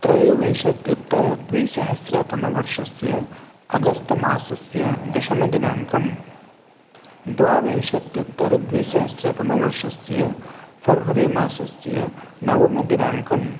त्रयोविंशत्युत्तरद्विसहस्रतमवर्षस्य अगस्त् मासस्य दशमदिनाङ्कं द्वाविंशत्युत्तरद्विसहस्रतमवर्षस्य फ़र्वरि मासस्य नवमदिनाङ्कं